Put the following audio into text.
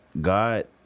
God